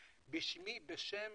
בשמי ובשם